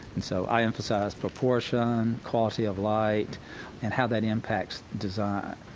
and so i emphasize proportion, quality of light and how that impacts design.